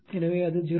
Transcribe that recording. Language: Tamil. எனவே அது 0